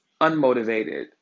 unmotivated